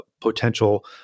potential